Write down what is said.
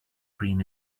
cream